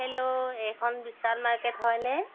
hello এইখন বিশাল market হয়নে